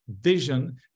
vision